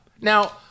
Now